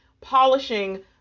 Polishing